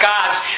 God's